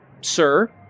sir